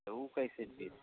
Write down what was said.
तो वह कैसे पीस